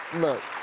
look,